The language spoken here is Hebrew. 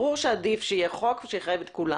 ברור שעדיף שיהיה חוק שיחייב את כולם.